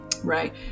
Right